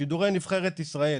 שידורי נבחרת ישראל,